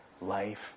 life